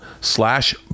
slash